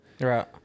Right